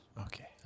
Okay